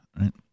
right